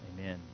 Amen